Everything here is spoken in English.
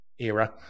era